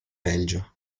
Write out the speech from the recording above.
belgio